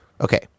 Okay